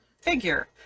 figure